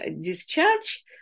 discharge